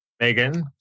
Megan